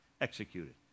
executed